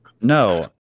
No